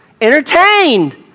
entertained